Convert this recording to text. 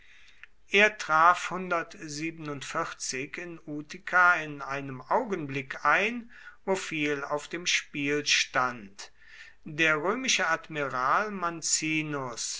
er traf in utica in einem augenblick ein wo viel auf dem spiel stand der römische admiral mancinus